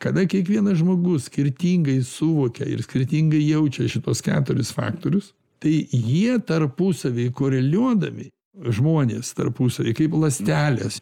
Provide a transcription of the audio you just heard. kada kiekvienas žmogus skirtingai suvokia ir skirtingai jaučia šituos keturis faktorius tai jie tarpusavy koreliuodami žmonės tarpusavy kaip ląstelės